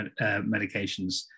medications